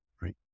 right